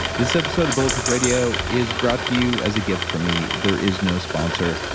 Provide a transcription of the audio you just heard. this episode of bulletproof radio is brought to you as a gift from me. there is no sponsor,